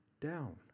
down